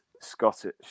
Scottish